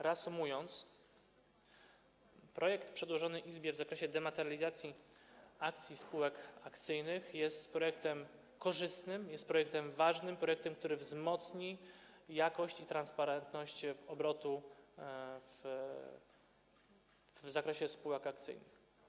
Reasumując, chciałbym powiedzieć, że projekt przedłożony Izbie w zakresie dematerializacji akcji spółek akcyjnych jest projektem korzystnym, jest projektem ważnym, projektem, który wzmocni jakość i transparentność obrotu w zakresie spółek akcyjnych.